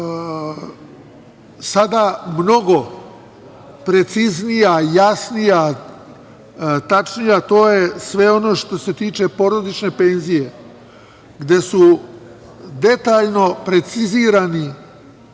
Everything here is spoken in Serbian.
sada mnogo preciznija, jasnija, tačnija, a to je sve ono što se tiče porodične penzije, gde su detaljno precizirana